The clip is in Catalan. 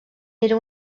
era